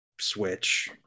Switch